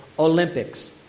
Olympics